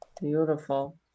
Beautiful